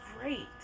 great